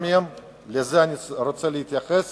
ואני רוצה להתייחס